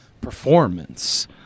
performance